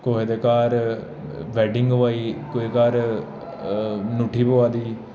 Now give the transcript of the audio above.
कुसै दे घर बैडिंग होआ दी कुसै दे घर ङूठी पोआ दी